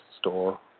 store